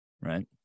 right